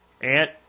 Aunt